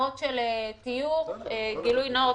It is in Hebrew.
גילוי נאות,